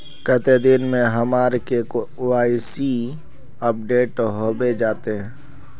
कते दिन में हमर के.वाई.सी अपडेट होबे जयते?